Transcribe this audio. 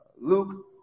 Luke